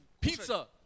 pizza